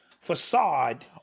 facade